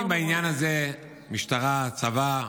עוסקים בעניין הזה במשטרה, בצבא.